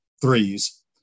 threes